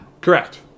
Correct